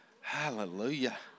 Hallelujah